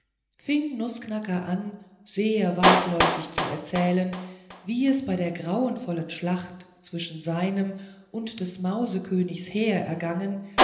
fing nußknacker an sehr weitläuftig zu erzählen wie es bei der grausenvollen schlacht zwischen seinem und des mausekönigs heer ergangen